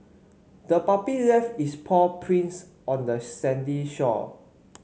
the puppy left its paw prints on the sandy shore